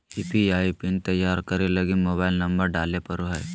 UPI PIN तैयार करे लगी मोबाइल नंबर डाले पड़ो हय